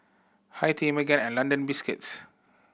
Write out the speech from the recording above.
Hi Tea Megan and London Biscuits